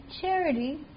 charity